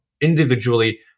individually